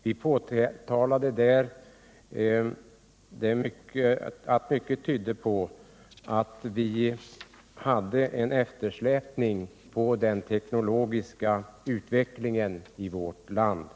Vi påpekade att mycket tydde på att det förelåg en eftersläpning i fråga om den teknologiska utvecklingen i vårt land.